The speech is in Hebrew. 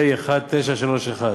פ/1931.